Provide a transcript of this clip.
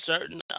certain